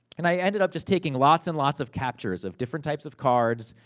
and, i ended up just taking lots and lots of captures, of different types of cards.